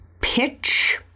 pitch